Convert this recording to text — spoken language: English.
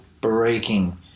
breaking